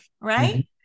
right